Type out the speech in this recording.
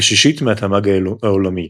כשישית מהתמ"ג העולמי.